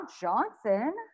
Johnson